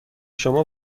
شما